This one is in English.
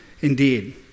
Indeed